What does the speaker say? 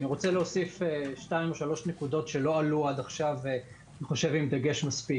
אני רוצה להוסיף מספר נקודות שלא עלו עד עכשיו עם דגש מספק.